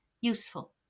useful